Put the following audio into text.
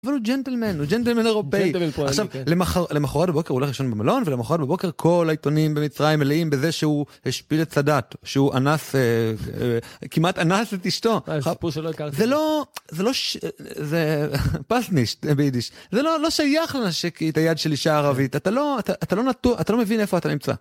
אבל הוא ג'נטלמן, הוא ג'נטלמן אירופאי, עכשיו למחרת בבוקר הוא הולך לישון במלון, ולמחרת בבוקר כל העיתונים במצרים מלאים בזה שהוא השפיל את סאדאת, שהוא אנס, כמעט אנס את אשתו, זה לא, זה פסנישט ביידיש, זה לא שייך לנשק את היד של אישה ערבית, אתה לא, אתה לא מבין איפה אתה נמצא.